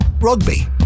Rugby